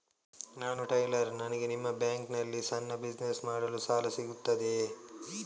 ನಾನು ಟೈಲರ್, ನನಗೆ ನಿಮ್ಮ ಬ್ಯಾಂಕ್ ನಲ್ಲಿ ಸಣ್ಣ ಬಿಸಿನೆಸ್ ಮಾಡಲು ಸಾಲ ಸಿಗುತ್ತದೆಯೇ?